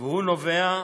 והוא נובע,